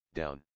down